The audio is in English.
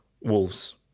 Wolves